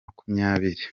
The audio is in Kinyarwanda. makumyabiri